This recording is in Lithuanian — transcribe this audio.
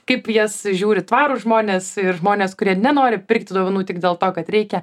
kaip į jas žiūri tvarūs žmonės ir žmonės kurie nenori pirkti dovanų tik dėl to kad reikia